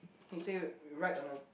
he say you write on a